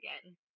again